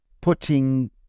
putting